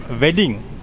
wedding